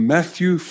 Matthew